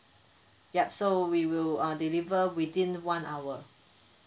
yup so we will uh deliver within one hour